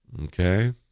okay